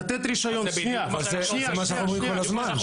לתת רישיון --- אבל זה בדיוק מה שאנחנו אומרים כל הזמן.